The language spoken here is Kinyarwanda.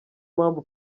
mpamvu